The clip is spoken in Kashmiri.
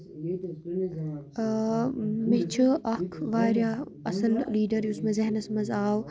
مےٚ چھُ اکھ واریاہ اَصٕل لیٖڈر یُس مےٚ ذہنَس منٛز آو